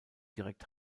direkt